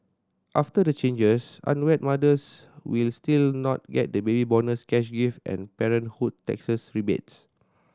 after the changes unwed mothers will still not get the Baby Bonus cash gift and parenthood taxes rebates